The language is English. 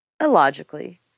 illogically